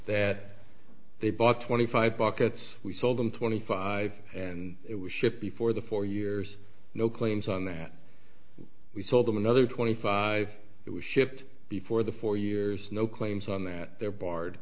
that they bought twenty five buckets we sold them twenty five and it was shipped before the four years no claims on that we sold them another twenty five that was shipped before the four years no claims on that they're barred